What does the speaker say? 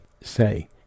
say